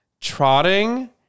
trotting